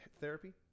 therapy